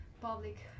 public